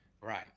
Right